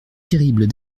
terribles